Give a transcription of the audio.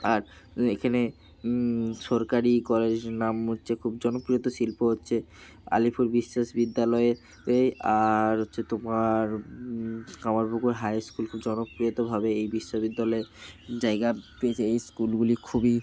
আর এখানে সরকারি কলেজ নাম হচ্ছে খুব জনপ্রিয় শিল্প হচ্ছে আলিপুর বিশ্বাস বিদ্যালয়ে এ আর হচ্ছে তোমার কামারপুকুর হাই স্কুল খুব জনপ্রিয়ভাবে এই বিশ্ববিদ্যালয়ে জায়গা পেয়েছে এই স্কুলগুলি খুবই